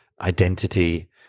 identity